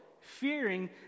fearing